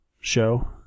show